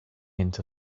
into